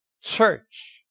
church